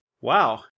Wow